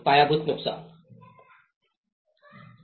आणि पायाभूत नुकसान